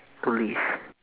believe